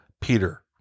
Peter